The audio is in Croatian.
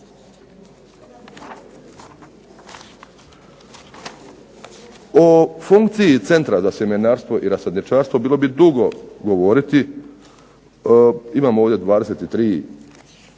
O funkciji Centra za sjemenarstvo i rasadničarstvo bilo bi dugo govoriti, imam ovdje 23,